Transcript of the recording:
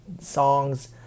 songs